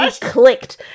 clicked